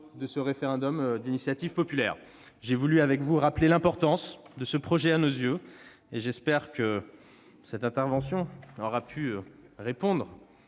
de ce référendum d'initiative partagée. J'ai voulu vous rappeler l'importance de ce projet à nos yeux, et j'espère que cette intervention aura pu répondre,